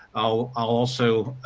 ah i will also,